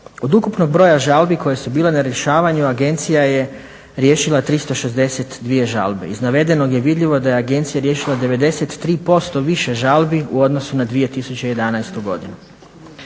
Od ukupnog broja žalbi koje su bile na rješavanju agencija je riješila 362 žalbe. Iz navedenog je vidljivo da je agencija riješila 93% više žalbi u odnosu na 2011. godinu.